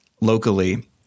locally